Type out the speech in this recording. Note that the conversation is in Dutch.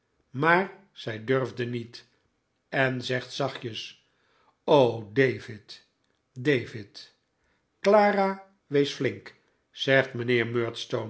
maar zij durft niet en zegt zachtjes david david clara wees flink zegt mijnheer